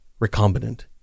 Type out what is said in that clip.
recombinant